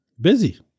Busy